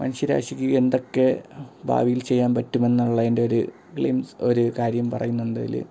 മനുഷ്യരാശിക്ക് എന്തൊക്കെ ഭാവിയിൽ ചെയ്യാൻ പറ്റുമെന്നുള്ളതിൻറ്റൊരു ഗ്ലിംസ് ഒരു കാര്യം പറയുന്നുണ്ടതിൽ